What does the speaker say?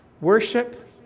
worship